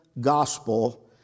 gospel